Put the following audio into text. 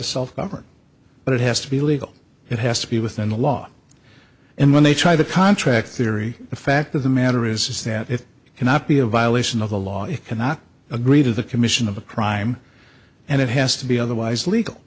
to self government but it has to be legal it has to be within the law and when they try to contract theory the fact of the matter is is that it cannot be a violation of the law it cannot agree to the commission of a crime and it has to be otherwise legal